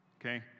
okay